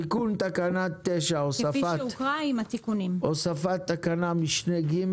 תיקון תקנה 9 הוספת תקנת משנה (ג),